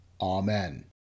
Amen